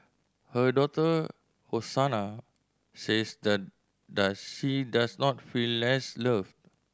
her daughter Hosanna says the does she dose not feel less loved